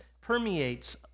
permeates